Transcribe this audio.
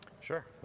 Sure